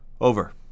Over